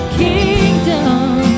kingdom